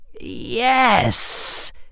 Yes